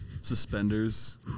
Suspenders